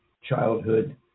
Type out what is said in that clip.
childhood